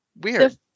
weird